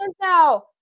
now